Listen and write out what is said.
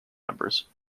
members